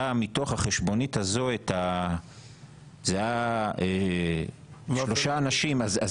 מתוך החשבונית הזאת היו שלושה אנשים את